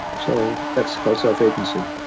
so that's called self-agency.